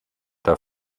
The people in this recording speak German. der